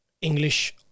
English